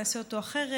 נעשה אותו אחרת,